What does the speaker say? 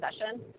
session